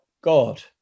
God